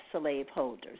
slaveholders